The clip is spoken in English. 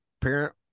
parent